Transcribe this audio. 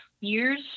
years